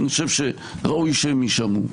אני חושב שראוי שהם יישמעו.